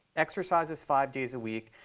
exercises five days a week.